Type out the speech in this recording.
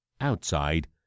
outside